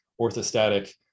orthostatic